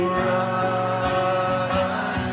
run